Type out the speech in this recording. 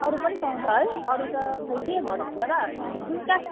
अरू पनि पाउँछ है अरू त खै के भन्नु होला र दुईवटा